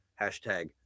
hashtag